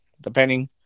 depending